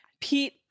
Pete